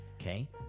okay